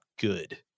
good